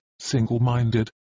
single-minded